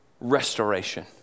restoration